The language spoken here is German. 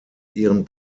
ihren